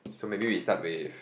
so maybe we start with